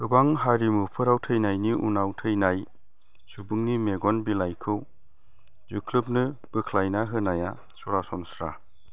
गोबां हारिमुफोराव थैनायनि उनाव थैनाय सुबुंनि मेगन बिलाइखौ जोख्लोबनो बोख्लायना होनाया सरासनस्रा